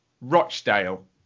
Rochdale